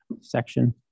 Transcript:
section